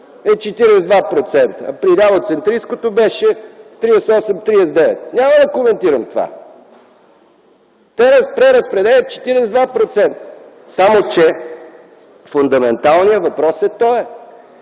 е 42%, а при лявоцентристкото беше 38-39%. Няма да коментирам това. Те преразпределят 42%. Само че фундаменталният въпрос е този: